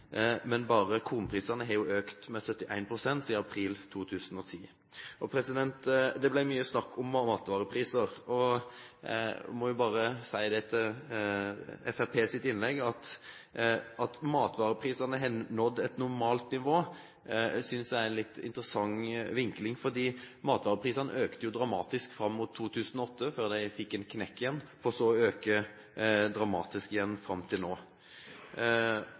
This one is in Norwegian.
Men bare kornprisene har jo økt med 71 pst. siden april 2010. Det ble mye snakk om matvarepriser. Jeg må bare si etter Fremskrittspartiets innlegg: At matvareprisene har nådd et normalt nivå, synes jeg er en litt interessant vinkling, for matvareprisene økte jo dramatisk fram mot 2008, før de fikk en knekk igjen, for så å øke dramatisk igjen fram til nå.